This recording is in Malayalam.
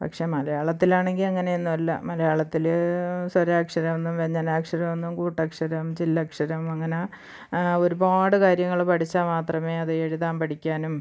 പക്ഷെ മലയാളത്തിലാണെങ്കിൽ അങ്ങനെയൊന്നും അല്ല മലയാളത്തിൽ സ്വരാക്ഷരമെന്നും വ്യഞ്ജനാക്ഷരമെന്നും കൂട്ടക്ഷരം ചില്ലക്ഷരം അങ്ങനെ ഒരുപാട് കാര്യങ്ങൾ പഠിച്ചാൽ മാത്രമെ അത് എഴുതാൻ പഠിക്കാനും